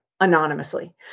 anonymously